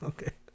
Okay